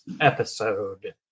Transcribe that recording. episode